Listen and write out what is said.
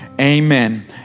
amen